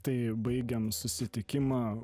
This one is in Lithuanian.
tai baigiam susitikimą